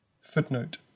Footnote